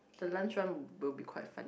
the lunch one will be quite funny